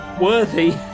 worthy